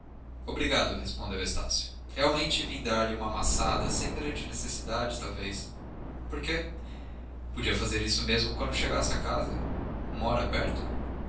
obrigado respondeu estácio realmente vim dar-lhe uma maçada sem grande necessidade talvez por quê podia fazer isto mesmo quando chegasse à casa mora perto